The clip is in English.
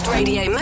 Radio